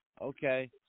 Okay